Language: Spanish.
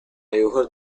dibujos